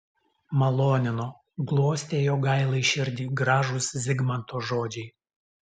malonino glostė jogailai širdį gražūs zigmanto žodžiai